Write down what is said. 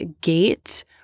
Gate